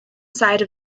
side